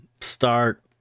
start